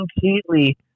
completely